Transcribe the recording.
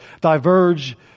diverge